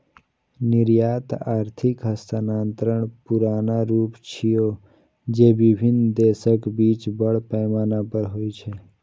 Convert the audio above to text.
निर्यात आर्थिक हस्तांतरणक पुरान रूप छियै, जे विभिन्न देशक बीच बड़ पैमाना पर होइ छै